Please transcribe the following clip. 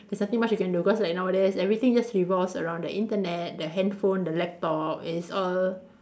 there's nothing much you can do because like nowadays everything just revolves around the Internet the handphone the laptop is all